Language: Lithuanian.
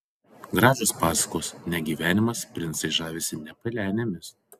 gražios pasakos ne gyvenimas princai žavisi ne pelenėmis